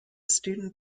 student